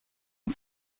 een